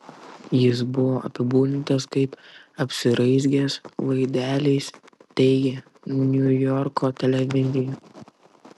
jis buvo apibūdintas kaip apsiraizgęs laideliais teigia niujorko televizija